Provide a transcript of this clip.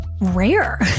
rare